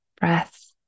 breath